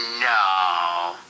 No